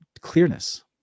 clearness